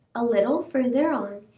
a little further on,